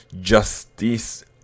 Justice